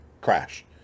crash